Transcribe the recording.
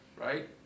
right